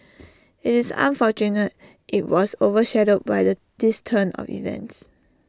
IT is unfortunate IT was over shadowed by the this turn of events